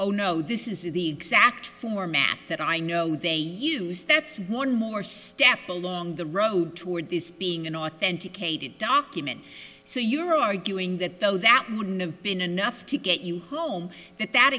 oh no this is the exact format that i know they use that's one more step along the road toward this being an authenticated document so you're arguing that though that wouldn't have been enough to get you home that that